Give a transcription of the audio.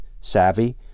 savvy